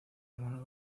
hermano